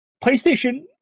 PlayStation